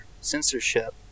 censorship